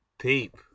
peep